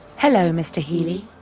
hello, mr. healy.